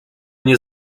nie